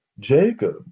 Jacob